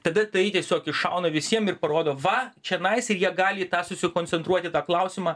tada tai tiesiog iššauna visiem ir parodo va čionais ir jie gali į tą susikoncentruoti į tą klausimą